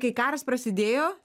kai karas prasidėjo